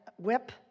whip